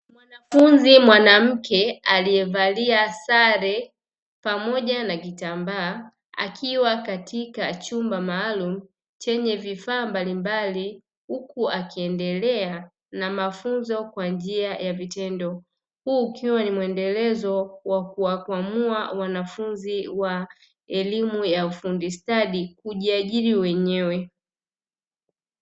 Mwanafunzi mwanamke, aliyevalia sare pamoja na kitambaa. Akiwa katika chumba maalumu chenye vifaa mbalimbali, huku akiendelea na mafunzo kwa njia ya vitendo. Huu ukiwa ni muendelezo wa kuwakwamua wanafunzi wa elimu ya ufundi stadi kujiajiri wenyewe.